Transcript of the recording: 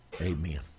Amen